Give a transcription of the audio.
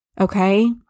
okay